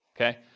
okay